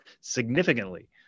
significantly